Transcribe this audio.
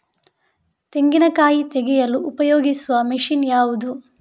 ತೆಂಗಿನಕಾಯಿ ತೆಗೆಯಲು ಉಪಯೋಗಿಸುವ ಮಷೀನ್ ಯಾವುದು?